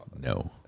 no